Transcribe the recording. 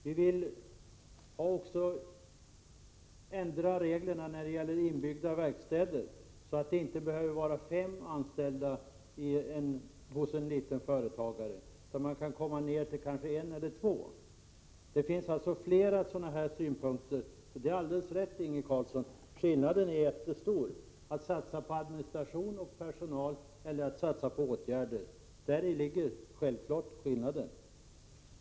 Vi vill ändra reglerna för inbyggda verkstäder, så att det inte behöver vara fem anställda hos en liten företagare utan man kan komma ned till kanske en eller två. Det finns flera sådana skilda synpunkter, så det är alldeles riktigt att skillnaden är jättestor mellan att satsa på administration och personal och att satsa på åtgärder. Där ligger självfallet skillnaden.